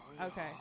okay